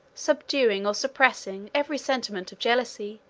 subduing, or suppressing, every sentiment of jealousy,